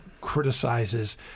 criticizes